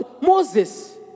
Moses